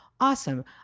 awesome